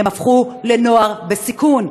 הם הפכו לנוער בסיכון.